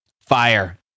fire